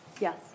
Yes